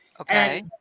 Okay